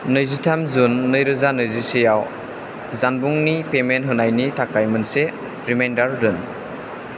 नैजिथाम जुन नैरोजा नैजिसेआव जानबुंनि पेमेन्ट होनायनि थाखाय मोनसे रिमाइन्डार दोन